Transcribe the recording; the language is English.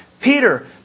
Peter